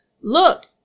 Look